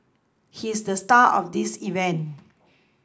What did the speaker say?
he's the star of this event